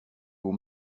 aux